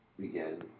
begin